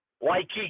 Waikiki